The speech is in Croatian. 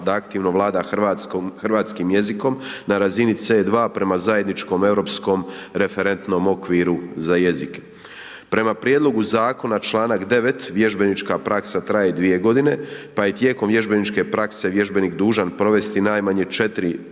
da aktivno vlada hrvatskim jezikom na razini C2 prema zajedničkom europskom referentnom okviru za jezike. Prema prijedlogu zakona članak 9. vježbenička praksa traje 2 godine, pa je tijekom vježbeničke prakse vježbenik dužan provesti najmanje 4